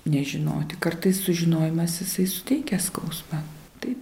nežinoti kartais sužinojimas jisai suteikia skausmą taip